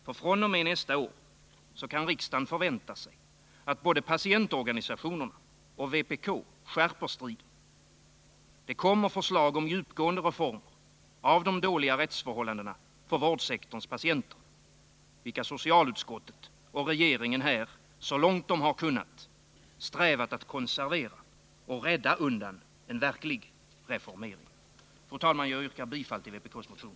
fr.o.m.nästa år kan riksdagen förvänta sig att både patientorganisationerna och vpk skärper striden. Det kommer förslag om djupgående reformer av de dåliga rättsförhållandena för vårdsektorns patienter, vilka socialutskottet och regeringen här, så långt de har kunnat, har strävat att konservera och rädda undan en verklig reformering. Fru talman! Jag yrkar bifall till vpk:s motion.